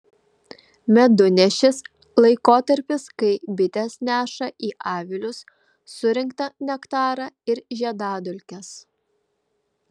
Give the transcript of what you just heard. medunešis laikotarpis kai bitės neša į avilius surinktą nektarą ir žiedadulkes